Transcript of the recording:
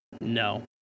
No